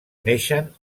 neixen